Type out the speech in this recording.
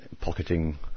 pocketing